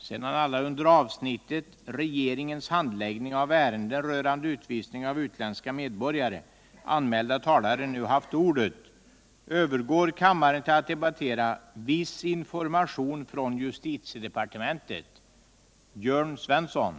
Sedan alla under avsnittet Regeringens handläggning av energifrågorna anmälda talare nu haft ordet övergår kammaren till att debattera Beslut om devalvering 1977.